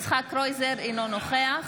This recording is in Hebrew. אינו נוכח